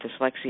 dyslexia